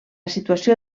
situació